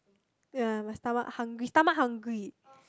ya and my stomach hungry stomach hungry